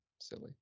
silly